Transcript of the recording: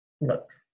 look